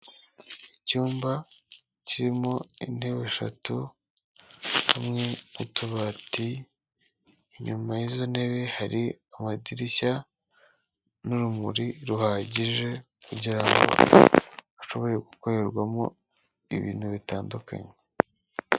Icyumba kirimo intebe eshatu hamwe n'utubati, inyuma y'izo ntebe hari amadirishya n'urumuri ruhagije kugira ngo hashobore gukorerwamo ibintu bitandukanye.